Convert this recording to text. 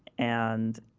and